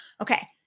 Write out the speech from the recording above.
Okay